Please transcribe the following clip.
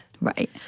Right